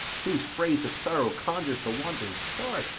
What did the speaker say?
whose phrase of sorrow conjures the wandering stars,